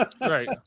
right